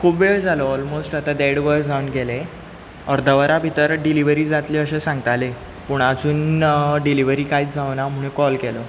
खूब वेळ जालो ऑलमोस्ट आतां देड वर जावन गेलें अर्द वरा भितर डिलिवरी जातली अशें सांगताले पूण आजून डिलिवरी कांयच जावं ना म्हूण कॉल केलो